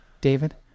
David